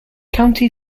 county